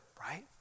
right